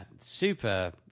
super